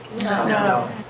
No